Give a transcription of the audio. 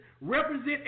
Represent